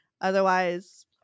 Otherwise